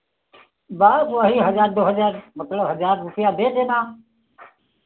बस वही हज़ार दो हज़ार मतलब हज़ार रुपया दे देना